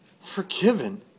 Forgiven